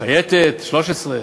שייטת 13,